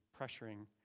pressuring